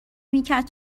میکرد